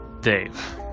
Dave